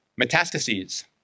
metastases